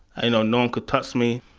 you know no one could touch me.